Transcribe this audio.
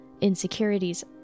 insecurities